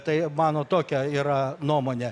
tai mano tokia yra nuomonė